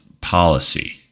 policy